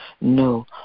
no